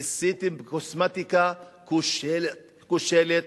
ניסיתם קוסמטיקה כושלת.